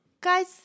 Guys